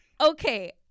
okay